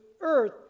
earth